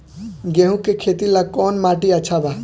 गेहूं के खेती ला कौन माटी अच्छा बा?